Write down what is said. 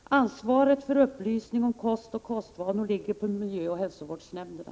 Herr talman! Bara mycket kort: Ansvaret för upplysning om kost och kostvanor ligger på miljöoch hälsovårdsnämnderna.